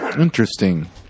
Interesting